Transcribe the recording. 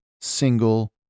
single